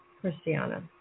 Christiana